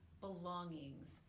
belongings